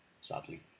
Sadly